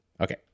Okay